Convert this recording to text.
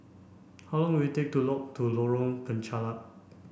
how long will it take to lock to Lorong Penchalak